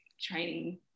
training